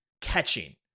catching